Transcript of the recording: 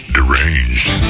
Deranged